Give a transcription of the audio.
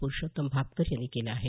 पुरुषोत्तम भापकर यांनी केलं आहे